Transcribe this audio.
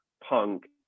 punk